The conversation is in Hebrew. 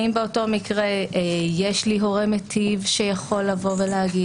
האם באותו מקרה יש לי הורה מיטיב שיכול לבוא ולומר,